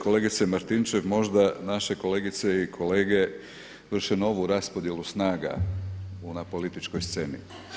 Kolegice Martinčev možda naše kolegice i kolege vrše novu raspodjelu snaga na političkoj sceni.